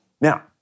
Now